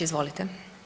Izvolite.